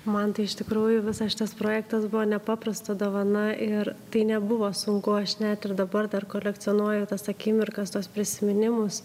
man tai iš tikrųjų visas šitas projektas buvo nepaprasta dovana ir tai nebuvo sunku aš net ir dabar dar kolekcionuoju tas akimirkas tuos prisiminimus